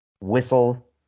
whistle